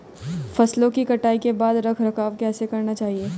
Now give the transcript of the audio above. फसलों की कटाई के बाद रख रखाव कैसे करना चाहिये?